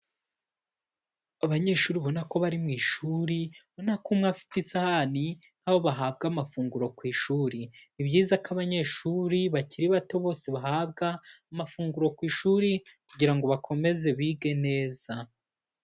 Abanyeshuri ubona ko bari mu ishuri ubona ko umwe afite isahani, aho bahabwa amafunguro ku ishuri, ni byiza ko abanyeshuri bakiri bato bose bahabwa amafunguro ku ishuri kugira ngo bakomeze bige neza.